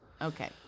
Okay